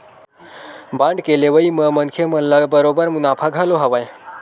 bond के लेवई म मनखे मन ल बरोबर मुनाफा घलो हवय